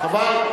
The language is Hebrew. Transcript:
חבל.